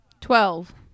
Twelve